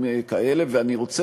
ולא הייתי